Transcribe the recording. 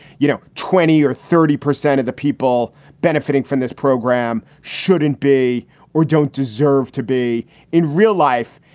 you know, twenty or thirty percent of the people benefiting from this program shouldn't be or don't deserve to be in real life.